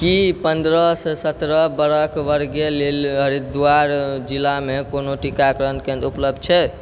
की पन्द्रहसँ सत्रह बरख आयु वर्गके लेल हरिद्वार जिलामे कोनो टीकाकरण केन्द्र उपलब्ध छै